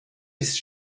ist